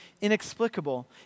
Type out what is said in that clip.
inexplicable